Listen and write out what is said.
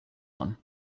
one